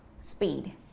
speed